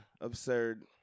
absurd